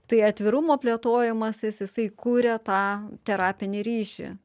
tai atvirumo plėtojimas jis jisai kuria tą terapinį ryšį